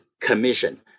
Commission